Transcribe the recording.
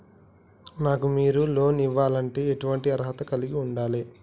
నాకు మీరు లోన్ ఇవ్వాలంటే ఎటువంటి అర్హత కలిగి వుండాలే?